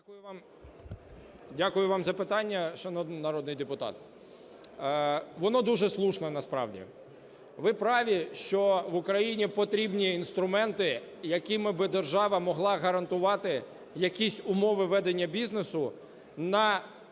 Дякую вам за питання, шановний народний депутат. Воно дуже слушне насправді. Ви праві, що Україні потрібні інструменти, якими би держава могла гарантувати якісь умови ведення бізнесу на певний